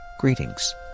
Greetings